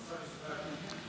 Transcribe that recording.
השר ישראל.